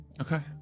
okay